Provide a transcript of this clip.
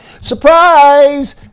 surprise